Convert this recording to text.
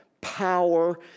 power